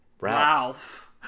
Ralph